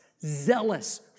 zealous